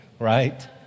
right